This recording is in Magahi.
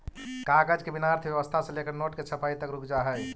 कागज के बिना अर्थव्यवस्था से लेकर नोट के छपाई तक रुक जा हई